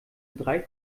drei